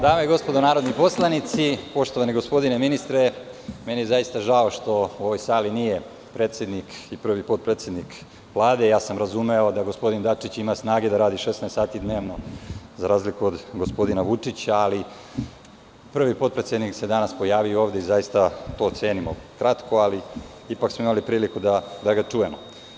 Dame i gospodo narodni poslanici, poštovani gospodine ministre, meni je zaista žao što u ovoj sali nije predsednik i prvi potpredsednik Vlade, ja sam razumeo da gospodin Dačić ima snage da radi 16 sati dnevno, za razliku od gospodina Vučića, ali prvi potpredsednik se danas pojavio ovde i zaista to cenimo, kratko ali smo imali priliku da ga čujemo.